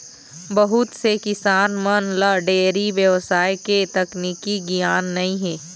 बहुत से किसान मन ल डेयरी बेवसाय के तकनीकी गियान नइ हे